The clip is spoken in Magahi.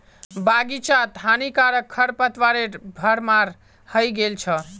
बग़ीचात हानिकारक खरपतवारेर भरमार हइ गेल छ